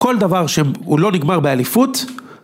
כל דבר שהוא לא נגמר באליפות